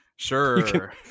sure